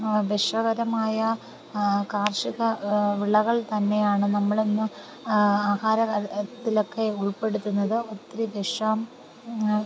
വിഷകരമായ കാർഷിക വിളകൾ തന്നെയാണ് നമ്മൾ ഇന്ന് ആഹാര കാര്യത്തിലൊക്കെ ഉൾപ്പെടുത്തുന്നത് ഒത്തിരി വിഷം